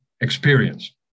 experience